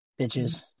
bitches